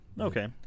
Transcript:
Okay